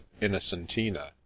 innocentina